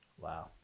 Wow